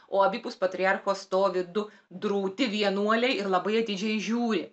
o abipus patriarcho stovi du drūti vienuoliai ir labai atidžiai žiūri